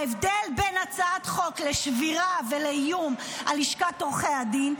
ההבדל בין הצעת חוק לשבירה ולאיום על לשכת עורכי הדין,